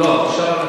ממשיכים